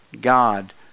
God